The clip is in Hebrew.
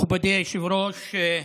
מכובדי היושב-ראש,